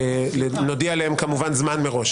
ונודיע עליהם כמובן זמן מראש.